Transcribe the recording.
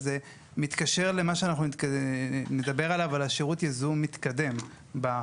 זה מתקשר לשירות הייזום המתקדם שנדבר עליו,